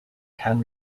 can